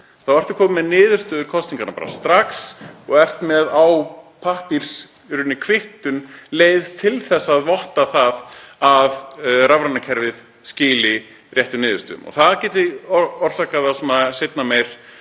Þá ertu kominn með niðurstöðu kosninganna strax og ert með á pappírskvittun leið til að votta að rafræna kerfið skili réttum niðurstöðum. Það getur orsakað það seinna meir